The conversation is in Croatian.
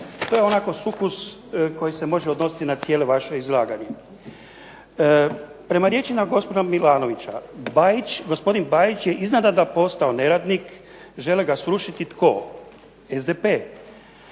To je onako sukus koji se može odnositi na cijelo vaše izlaganje. Prema riječima gospodina Milanovića, gospodin Bajić je iznenada postao neradnik, žele ga srušiti. Tko? SDP.